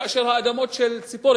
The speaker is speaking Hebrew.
כאשר האדמות של ציפורי,